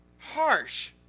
harsh